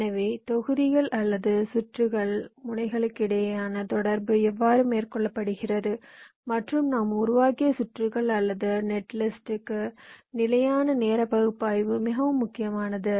எனவே தொகுதிகள் அல்லது சுற்றுகள் முனைகளுக்கிடையேயான தொடர்பு எவ்வாறு மேற்கொள்ளப்படுகிறது மற்றும் நாம் உருவாக்கிய சுற்றுகள் அல்லது நெட்லிஸ்ட்க்கு நிலையான நேர பகுப்பாய்வு மிகவும் முக்கியமானது